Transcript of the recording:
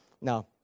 Now